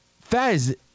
Fez